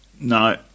No